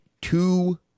two